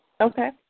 Okay